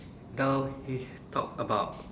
now he talk about